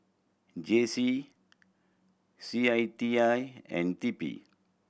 J C C I T I and T P